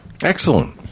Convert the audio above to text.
excellent